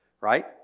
right